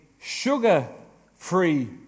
sugar-free